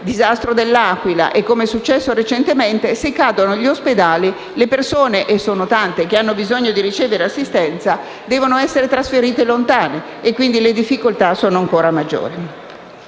disastro dell'Aquila e anche recentemente, se crollano gli ospedali, le persone - e sono tante - che hanno bisogno di ricevere assistenza devono essere trasferite lontano e, quindi, le difficoltà sono ancora maggiori.